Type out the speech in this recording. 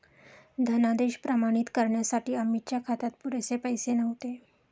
धनादेश प्रमाणित करण्यासाठी अमितच्या खात्यात पुरेसे पैसे नव्हते